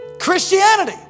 Christianity